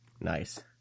Nice